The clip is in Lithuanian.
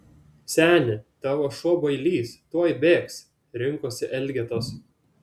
seni tavo šuo bailys tuoj bėgs rinkosi elgetos